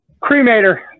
Cremator